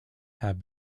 have